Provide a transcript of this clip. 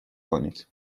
کنید